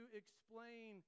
explain